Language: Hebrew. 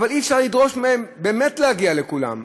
אבל אי-אפשר לדרוש מהם באמת להגיע לכולם.